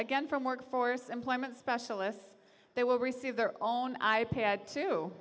again from workforce employment specialists they will receive their own i pad t